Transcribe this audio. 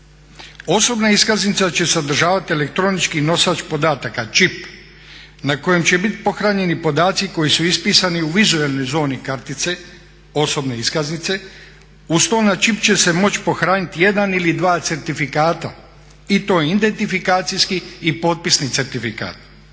Osobna iskaznica će se sadržavati elektronički nosač podataka čip, na kojem će biti pohranjeni podaci koji su ispisani u vizualnoj zoni kartice osobne iskaznice, uz to na čip će se moći pohraniti jedan ili dva certifikata i to identifikacijski i potpisni certifikat.